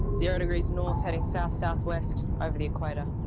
zero degrees north, heading south, south-west, over the equator.